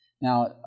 Now